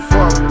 Fuck